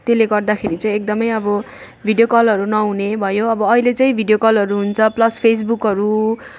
त्यसले गर्दाखेरि चाहिँ एकदम अब भिडियो कलहरू नहुने भयो अब अहिले चाहिँ भिडियो कलहरू हुन्छ प्लस फेसबुकहरू